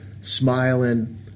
smiling